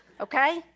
Okay